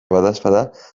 badaezpada